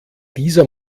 dieser